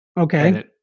Okay